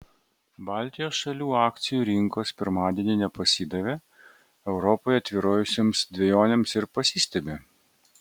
baltijos šalių akcijų rinkos pirmadienį nepasidavė europoje tvyrojusioms dvejonėms ir pasistiebė